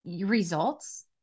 Results